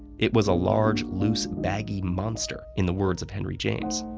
it was a large, loose, baggy monster, in the words of henry james.